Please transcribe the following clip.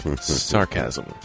Sarcasm